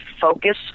focus